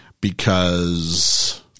because-